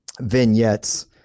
vignettes